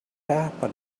happen